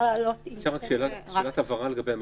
להעלות --- אפשר רק שאלת הבהרה לגבי המספרים?